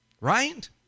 Right